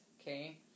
okay